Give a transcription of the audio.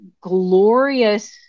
glorious